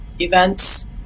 events